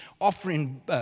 offering